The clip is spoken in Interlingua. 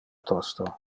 tosto